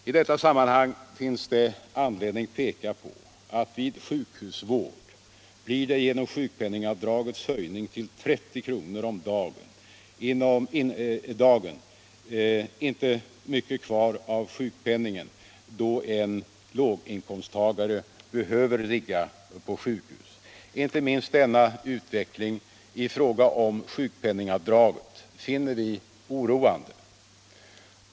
I detta sammanhang finns det anledning peka på att vid sjukhusvård blir det genom sjukpenningavdragets höjning till 30 kr. om dagen inte mycket kvar av sjukpenningen då en låginkomsttagare behöver ligga på sjukhus. Inte minst denna utveckling i fråga om sjukpenningavdraget finner vi oroande.